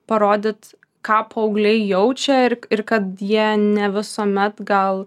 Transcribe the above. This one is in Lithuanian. parodyt ką paaugliai jaučia ir kad jie ne visuomet gal